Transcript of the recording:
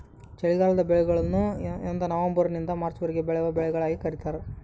ಚಳಿಗಾಲದ ಬೆಳೆಗಳು ಎಂದನವಂಬರ್ ನಿಂದ ಮಾರ್ಚ್ ವರೆಗೆ ಬೆಳೆವ ಬೆಳೆಗಳಿಗೆ ಕರೀತಾರ